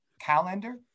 calendar